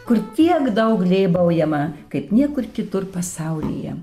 kur tiek daug lėbaujama kaip niekur kitur pasaulyje